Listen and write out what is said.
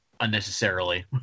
unnecessarily